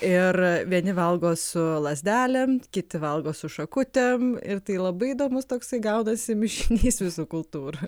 ir vieni valgo su lazdelėm kiti valgo su šakutėm ir tai labai įdomus toksai gaunasi mišinys visų kultūrų